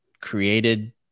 created